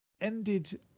ended